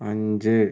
അഞ്ച്